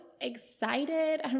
excited